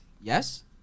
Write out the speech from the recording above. Yes